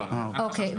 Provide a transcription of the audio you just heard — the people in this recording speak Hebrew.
אוקי,